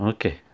Okay،